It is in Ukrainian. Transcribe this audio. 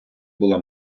була